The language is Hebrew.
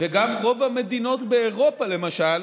וגם רוב המדינות באירופה, למשל,